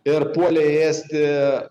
ir puolė ėsti